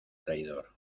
traidor